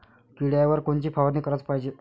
किड्याइवर कोनची फवारनी कराच पायजे?